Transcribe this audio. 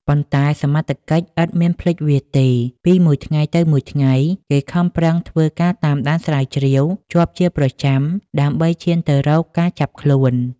ប៉ុន្តែសមត្ថកិច្ចឥតមានភ្លេចវាទេ ពីមួយថ្ងៃទៅមួយថ្ងៃ គេខំប្រឹងធ្វើការតាមដានស្រាវជ្រាវជាប់ជាប្រចាំដើម្បីឈានទៅរកការចាប់ខ្លួន ។